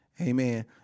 Amen